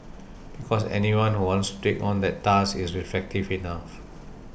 because anyone who wants to take on that task is reflective enough